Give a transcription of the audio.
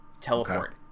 teleport